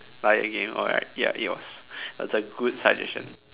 like again alright ya it was that's a good suggestion